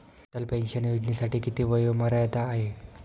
Atal pension योजनेसाठी किती वयोमर्यादा आहे?